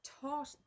taught